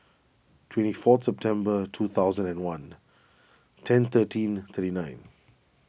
twenty four September two thousand and one ten thirteen thirty nine